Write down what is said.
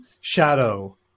shadow